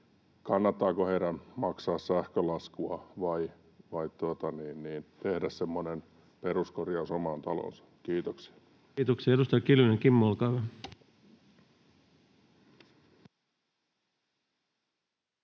kannattaako heidän maksaa sähkölaskua vai tehdä semmoinen peruskorjaus oman taloonsa. — Kiitoksia. Kiitoksia. — Edustaja Kiljunen, Kimmo, olkaa hyvä.